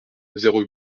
zéro